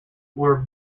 were